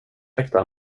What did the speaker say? ursäkta